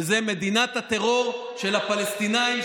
וזה מדינת הטרור של הפלסטינים,